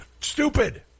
Stupid